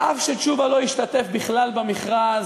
ואף שתשובה לא השתתף בכלל במכרז,